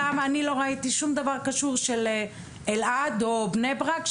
לא ראיתי שום דבר של אלעד או בני ברק,